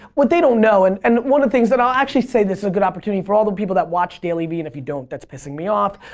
what they don't know and and one of the things that i'll actually say this is a good opportunity for all the people that watch dailyvee and if you don't that's pissing me off.